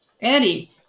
Eddie